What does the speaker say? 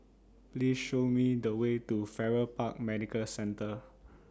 Please Show Me The Way to Farrer Park Medical Centre